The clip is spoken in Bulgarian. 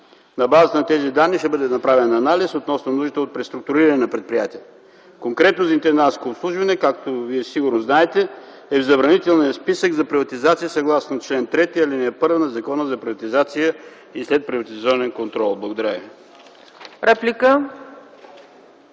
На базата на тези данни ще бъде направен анализ относно нуждите от преструктуриране на предприятията. Конкретно „Интендантско обслужване”, както Вие сигурно знаете, е в забранителния списък на приватизация, съгласно чл. 3, ал.1 от Закона за приватизация и следприватизационен контрол. Благодаря ви.